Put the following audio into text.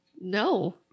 No